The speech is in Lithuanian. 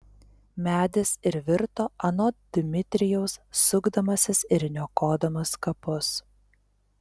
medis ir virto anot dmitrijaus sukdamasis ir niokodamas kapus